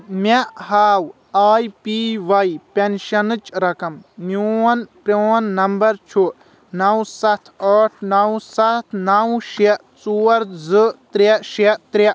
مےٚ ہاو I P Y پنشنٕچ رقم، میون پرٛون نمبر چھُ نو ستھ ٲٹھ نو ستھ نو شیٚے ژور زٕ ترٛےٚ شیٚے ترٛےٚ